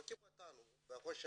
לקחו אותנו בחושך.